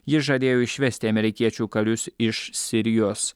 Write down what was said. jis žadėjo išvesti amerikiečių karius iš sirijos